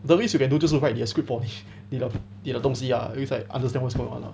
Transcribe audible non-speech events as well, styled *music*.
the least you can do 就是 write 你的 script for *breath* 你的东西 lah it's like understand what is going on lah